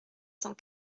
cent